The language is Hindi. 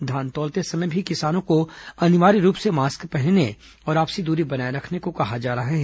धान तौलते समय भी किसानों को अनिवार्य रूप से मास्क पहनने और आपसी दूरी बनाए रखने को कहा जा रहा है